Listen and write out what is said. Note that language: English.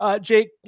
Jake